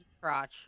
crotch